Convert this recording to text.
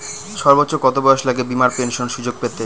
সর্বোচ্চ কত বয়স লাগে বীমার পেনশন সুযোগ পেতে?